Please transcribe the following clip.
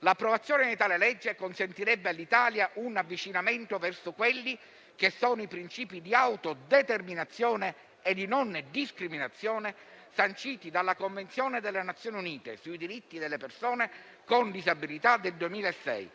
l'approvazione di tale provvedimento consentirebbe all'Italia un avvicinamento verso i principi di autodeterminazione e di non discriminazione sanciti dalla Convenzione delle Nazioni unite sui diritti delle persone con disabilità del 2006,